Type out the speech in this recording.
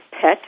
pet